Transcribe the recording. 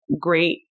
Great